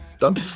done